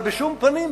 אבל בשום פנים,